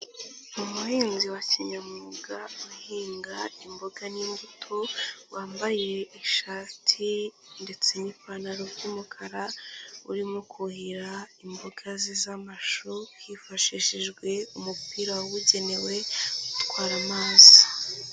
Umuhinzi wa kinyamwuga uhinga imboga n'imbuto wambaye ishati ndetse n'ipantaro by'umukara urimo kuhira imboga ze z'amashu hifashishijwe umupira wabugenewe utwara amazi.